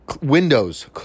windows